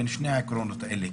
בין שני העקרונות האלה.